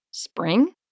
Spring